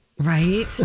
right